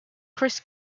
chris